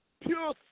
Pure